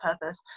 purpose